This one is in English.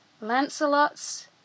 Lancelot's